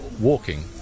walking